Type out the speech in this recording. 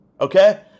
Okay